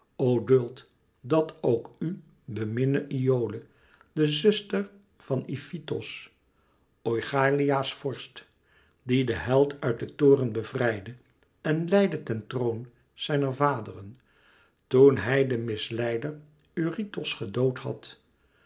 duld dat ook u beminne iole de zuster van ifitos oichalia s vorst dien de held uit den toren bevrijdde en leidde ten troon zijner vaderen toen hij den misleider eurytos gedood had